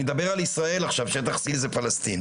אני מדבר על ישראל עכשיו, שטח C זה פלשתין.